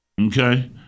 Okay